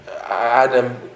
Adam